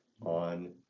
on